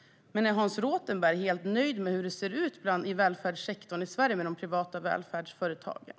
Är Hans Rothenberg helt nöjd med hur det ser i välfärdssektorn i Sverige, med de privata välfärdsföretagen?